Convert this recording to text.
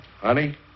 Honey